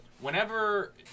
Whenever –